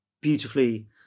beautifully